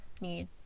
need